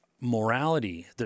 morality